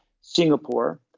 Singapore